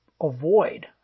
avoid